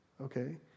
okay